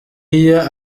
iyo